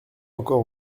encore